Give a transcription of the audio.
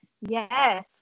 Yes